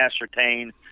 ascertain